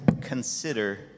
consider